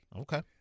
Okay